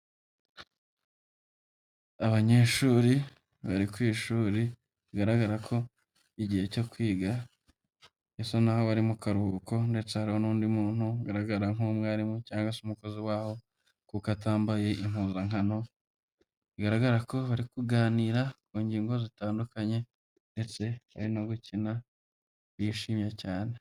Abanyeshuri bari ku ishuri bigaragara ko igihe cyo kwiga bisa naho bari mu karuhuko ndetse hari n'undi muntu ugaragara nk'umwarimu cyangwa se umukozi wabo kuko atambaye impuzankano, bigaragara ko bari kuganira ku ngingo zitandukanye ndetse bari no gukina yishimye cyane.